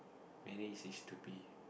manage is to be